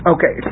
Okay